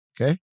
okay